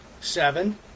seven